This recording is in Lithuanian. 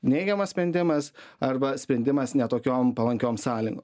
neigiamas sprendimas arba sprendimas ne tokiom palankiom sąlygom